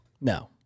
No